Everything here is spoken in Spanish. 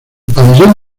pabellón